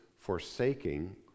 forsaking